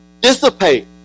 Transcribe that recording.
dissipate